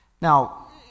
Now